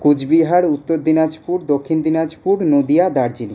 Cooch Behar Uttar Dinajpur Dakshin Dinajpur Nadia Darjeeling